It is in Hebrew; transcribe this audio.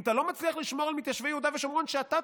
אם אתה לא מצליח לשמור על מתיישבי יהודה ושומרון כשאתה